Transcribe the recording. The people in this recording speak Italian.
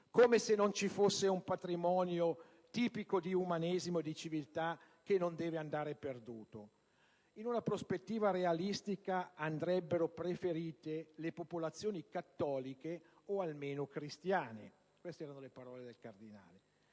come se non ci fosse un patrimonio tipico di umanesimo e di civiltà che non deve andare perduto. (...) In una prospettiva realistica, andrebbero preferite le popolazioni cattoliche o almeno cristiane». Il cardinale